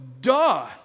duh